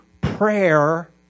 prayer